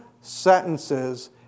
sentences